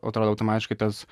atrodo automatiškai tas